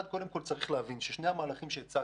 צריך להבין משהו לגבי שני המהלכים שהצגתי,